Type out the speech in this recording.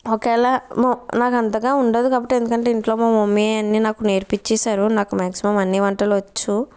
ఒకవేళ మో నాకంతగా ఉండదు ఎందుకంటే ఇంట్లో మా మమ్మీ ఏ అన్ని నాకు నేర్పించేశారు నాకు మ్యాక్సిమం అన్ని వంటలు వచ్చు